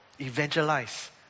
evangelize